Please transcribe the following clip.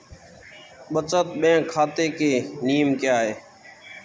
बचत बैंक खाता के नियम क्या हैं?